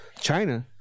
china